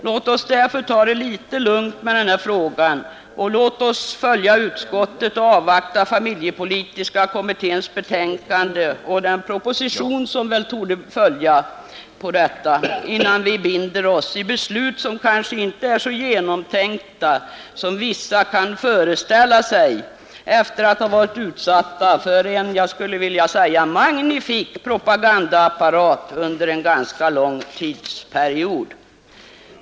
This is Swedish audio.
Låt oss därför ta det litet lugnt med den här frågan, och låt oss följa utskottet och avvakta familjepolitiska kommitténs betänkande samt den proposition som torde följa på det, innan vi binder oss i beslut som kanske inte är så genomtänkta som vissa människor kan föreställa sig efter att ha varit utsatta för en, jag vill säga magnifik, propagandaapparat under en ganska lång tidsperiod.